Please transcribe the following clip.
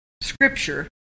scripture